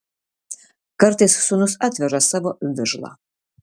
kartais sūnus atveža savo vižlą